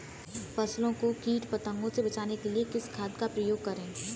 फसलों को कीट पतंगों से बचाने के लिए किस खाद का प्रयोग करें?